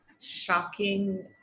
shocking